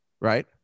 right